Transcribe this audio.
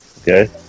Okay